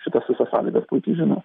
šitas visas sąlygas puikiai žino